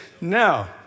No